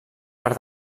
per